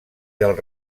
del